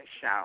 show